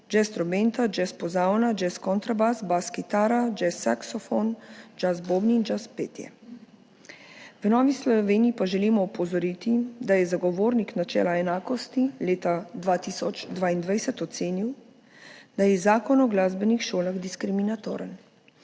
trobenta, jazz pozavna, jazz kontrabas, bas kitara, jazz saksofon, jazz bobni in jazz petje. V Novi Sloveniji pa želimo opozoriti, da je Zagovornik načela enakosti leta 2022 ocenil, da je Zakon o glasbenih šolah diskriminatoren.